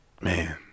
Man